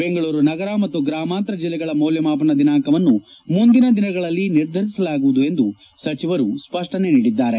ಬೆಂಗಳೂರು ನಗರ ಮತ್ತು ಗ್ರಾಮಾಂತರ ಜಿಲ್ಲೆಗಳ ಮೌಲ್ಡಮಾಪನ ದಿನಾಂಕವನ್ನು ಮುಂದಿನ ದಿನಗಳಲ್ಲಿ ನಿರ್ಧರಿಸಲಾಗುವುದು ಎಂದು ಸಚಿವರು ಸ್ವಷ್ಷನೆ ನೀಡಿದ್ದಾರೆ